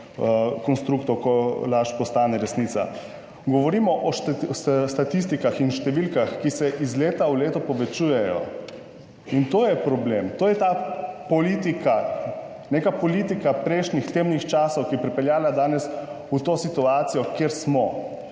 konstruktov, ko laž postane resnica. Govorimo o statistikah in številkah, ki se iz leta v leto povečujejo. In to je problem. To je ta politika, neka politika prejšnjih temnih časov, ki je pripeljala danes v to situacijo, kjer smo.